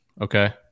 okay